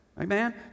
Amen